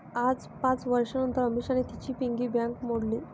आज पाच वर्षांनतर अमीषाने तिची पिगी बँक फोडली